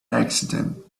accident